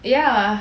ya